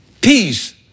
peace